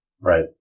Right